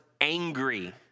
angry